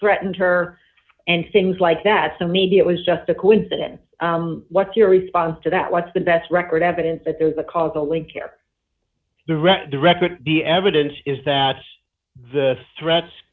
threatened her and things like that so maybe it was just a coincidence what's your response to that what's the best record evidence that there is a causal link care the rest directed the evidence is that the threats